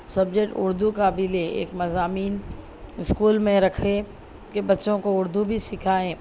subject Urdu کا بھی لے ایک مضامین اسکول میں رکھے کہ بچّوں کو اردو بھی سکھائیں